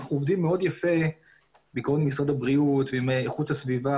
אנחנו עובדים מאוד יפה בעיקרון עם משרד הבריאות ועם איכות הסביבה